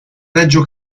reggio